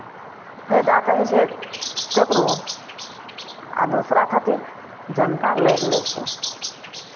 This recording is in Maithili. फायदा तऽ होइ छै ककरो आ दोसरा खातिर जनता लड़ि लै छै